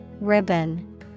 ribbon